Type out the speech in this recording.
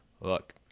look